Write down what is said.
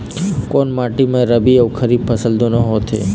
कोन माटी म रबी अऊ खरीफ फसल दूनों होत हे?